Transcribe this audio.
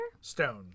Stone